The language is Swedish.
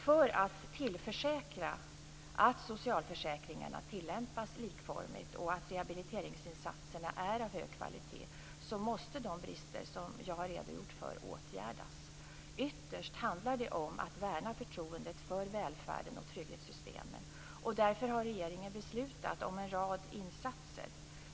För att tillförsäkra att socialförsäkringarna tillämpas likformigt och att rehabiliteringsinsatserna är av hög kvalitet måste de brister som jag har redogjort för åtgärdas. Ytterst handlar det om att värna förtroendet för välfärden och trygghetssystemen. Därför har regeringen beslutat om en rad insatser.